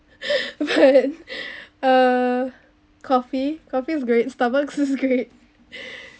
but uh coffee coffee is great starbucks is great